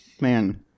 man